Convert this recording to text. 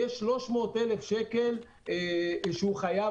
חייב 300,000 שקל לזוגות,